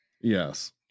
Yes